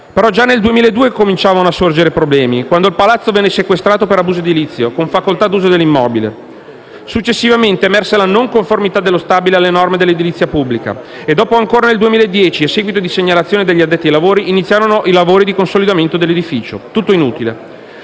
ma già nel 2002 cominciavano a sorgere problemi, quando il palazzo venne sequestrato per abuso edilizio, con facoltà d'uso dell'immobile. Successivamente emerse la non conformità dello stabile alle norme dell'edilizia pubblica e dopo ancora nel 2010, a seguito di segnalazione degli addetti ai lavori, iniziarono i lavori di consolidamento dell'edificio. Tutto inutile.